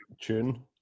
tune